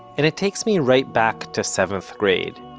and it takes me right back to seventh grade.